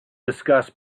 discuss